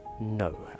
no